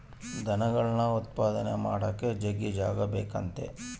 ದನಗುಳ್ ಉತ್ಪಾದನೆ ಮಾಡಾಕ ಜಗ್ಗಿ ಜಾಗ ಬೇಕಾತತೆ